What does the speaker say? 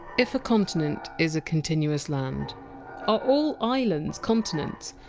if a continent is a continuous land, are all islands continents?